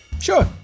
Sure